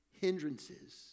hindrances